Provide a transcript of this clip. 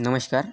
नमस्कार